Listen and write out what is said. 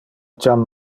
jam